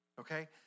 Okay